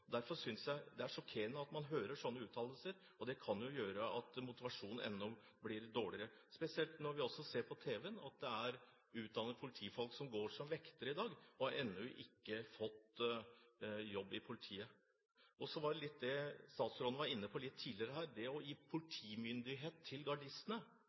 Derfor synes jeg det er sjokkerende å høre slike uttalelser, og det kan jo gjøre at motivasjonen blir dårligere, spesielt når vi også ser på tv at utdannede politifolk i dag går som vektere og ennå ikke har fått jobb i politiet. Statsråden var litt tidligere inne på det med å gi politimyndighet til gardistene. Det er ikke uvanlig at man gir politimyndighet – eller en begrenset politimyndighet – til